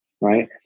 Right